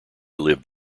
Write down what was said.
lived